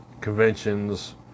conventions